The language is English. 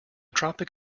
tropic